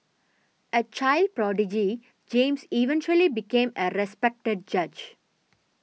a child prodigy James eventually became a respected judge